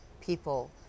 people